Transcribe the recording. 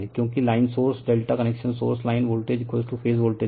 क्योंकि line source ∆ connection source line voltage phase voltage हैं